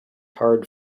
hard